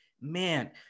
man